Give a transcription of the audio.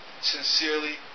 sincerely